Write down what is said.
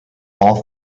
all